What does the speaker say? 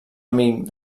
amic